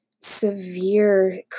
severe